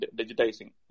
digitizing